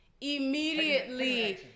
Immediately